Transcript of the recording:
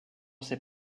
ses